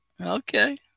Okay